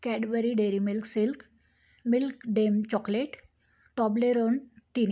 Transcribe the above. Cadbury Dairy Milk Silk milk dame chocolate Toblerone tiny